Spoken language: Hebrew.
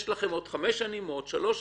יש לכם עוד חמש שנים או עוד שלוש שנים,